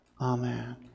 amen